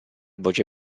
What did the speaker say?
voce